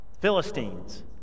Philistines